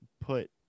put